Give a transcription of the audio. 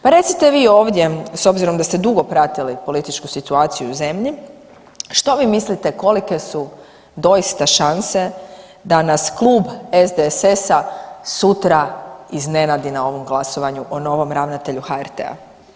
Pa recite vi ovdje s obzirom da ste dugo pratili političku situaciju u zemlji, što vi mislite kolike su doista šanse da nas Klub SDSS-a sutra iznenadi na ovom glasovanju o novom ravnatelju HRT-a?